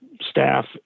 staff